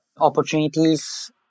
opportunities